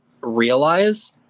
realize